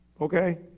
Okay